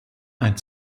ein